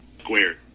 Squared